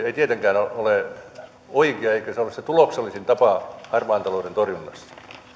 ei tietenkään ole oikea eikä se ole se tuloksellisin tapa harmaan talouden torjunnassa